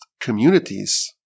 communities